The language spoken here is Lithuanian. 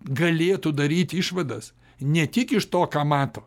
galėtų daryti išvadas ne tik iš to ką mato